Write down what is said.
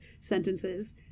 sentences